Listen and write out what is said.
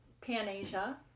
Pan-Asia